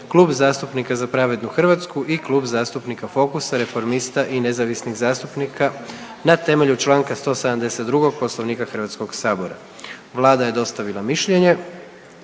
Klub zastupnika Za pravednu Hrvatsku i Klub zastupnika Fokusa, Reformista i nezavisnih zastupnika na temelju čl. 172. Poslovnika HS-a. Vlada je dostavila mišljenje